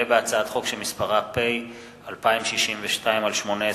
הצעת חוק חינוך ממלכתי